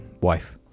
wife